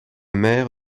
mer